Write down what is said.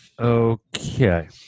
Okay